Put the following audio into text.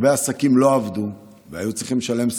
הרבה עסקים לא עבדו והיו צריכים לשלם שכירות,